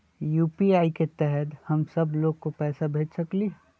UPI के तहद हम सब लोग को पैसा भेज सकली ह?